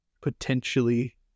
potentially